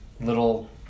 little